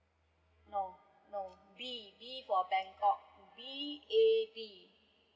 no no B for bangkok B A B